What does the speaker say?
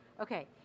okay